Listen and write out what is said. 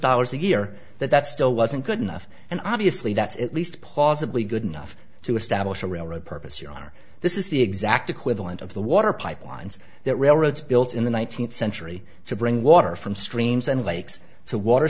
dollars a year that that still wasn't good enough and obviously that's at least plausibly good enough to establish a railroad purpose your honor this is the exact equivalent of the water pipelines that railroads built in the one nine hundred century to bring water from streams and lakes to water